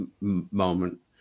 moment